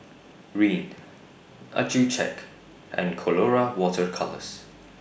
Rene Accucheck and Colora Water Colours